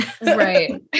right